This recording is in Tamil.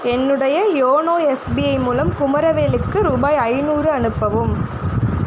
என்னுடைய யோனோ எஸ்பிஐ மூலம் குமரவேலுக்கு ரூபாய் ஐநூறு அனுப்பவும்